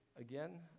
again